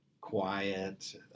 quiet